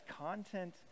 content